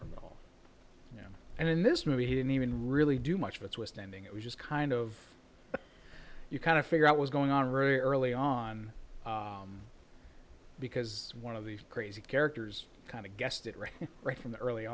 all you know and in this movie he didn't even really do much of a twist ending it was just kind of you kind of figure out what's going on really early on because one of these crazy characters kind of guessed it right from the early